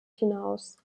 hinaus